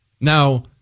Now